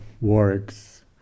works